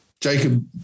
Jacob